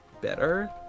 better